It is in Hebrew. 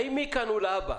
האם מכאן ולהבא